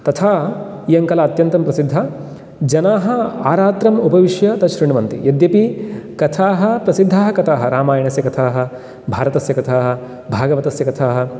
तथा इयङ्कला अत्यन्तं प्रसिद्धा जनाः आरात्रम् उपविश्य तश्शृण्वन्ति यद्यपि कथाः प्रसिद्धाः कथाः रामायणस्य कथाः भारतस्य कथाः भागवतस्य कथाः